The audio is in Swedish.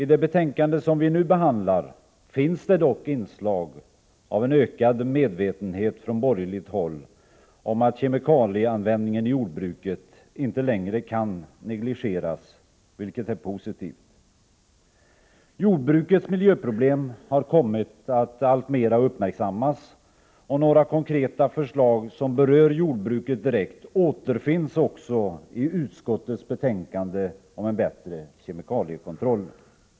I det betänkande som vi nu behandlar finns det dock inslag av en ökad medvetenhet från borgerligt håll om att kemikalieanvändningen i jordbruket inte längre kan negligeras, vilket är positivt. Jordbrukets miljöproblem har kommit att alltmera uppmärksammas, och några konkreta förslag som direkt berör jordbruket återfinns också i utskottets betänkande om en bättre kemikaliekontroll.